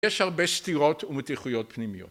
יש הרבה סתירות ומתיחויות פנימיות